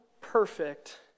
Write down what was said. perfect